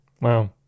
wow